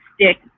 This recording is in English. stick